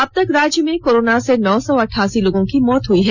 अब तक राज्य में कोरोना से नौ सौ अठासी लोगों की मौत हुई हैं